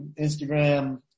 Instagram